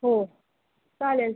हो चालेल